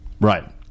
right